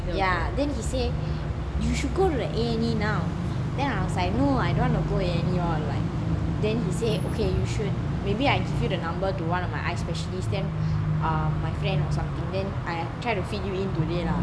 ya then he say you should go to the A&E now then I was like no I don't want to go A&E all like then he say okay you should maybe I give you the number to one of my eye specialist then err my friend or something then I try to fit you in today lah